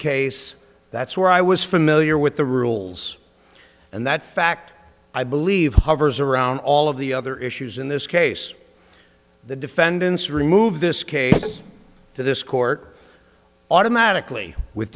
case that's where i was familiar with the rules and that fact i believe hovers around all of the other issues in this case the defendants remove this case to this court automatically with